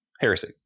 heresy